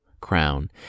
crown